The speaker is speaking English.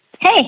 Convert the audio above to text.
Hey